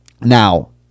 Now